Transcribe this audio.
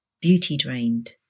beauty-drained